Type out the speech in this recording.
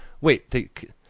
wait